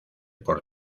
por